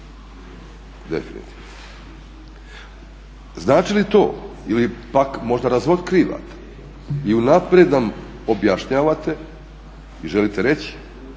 Definitivno. Znači li to ili pak možda razotkriva i unaprijed nam objašnjavate i želite reći